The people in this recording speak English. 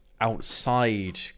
outside